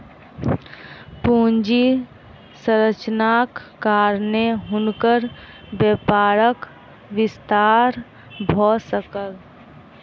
पूंजी संरचनाक कारणेँ हुनकर व्यापारक विस्तार भ सकल